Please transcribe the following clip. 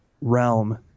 realm